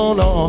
no